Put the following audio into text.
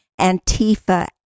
Antifa